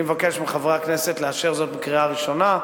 אני מבקש מחברי הכנסת לאשר את הצעת החוק בקריאה ראשונה,